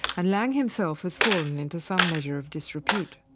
and laing himself has fallen into some measure of disrepute.